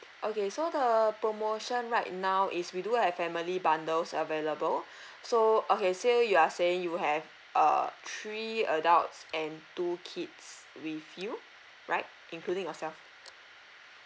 okay so the promotion right now is we do have family bundles available so okay so you are saying you have uh three adults and two kids with you right including yourself